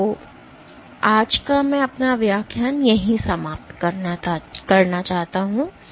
इसलिए आज मैं अपना व्याख्यान समाप्त करता हूं